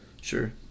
Sure